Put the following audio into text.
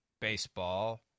baseball